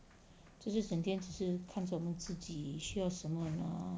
就是整天只是看着我们自己需要什么呢